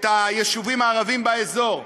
את היישובים הערביים באזור: